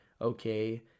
okay